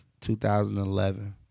2011